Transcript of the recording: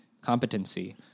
competency